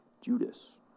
Judas